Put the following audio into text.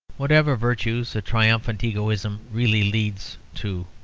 whatever virtues a triumphant egoism really leads to,